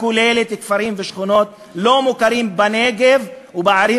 הכוללת כפרים ושכונות לא מוכרים בנגב ובערים